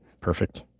Perfect